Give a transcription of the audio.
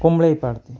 कोंबड्याही पाळते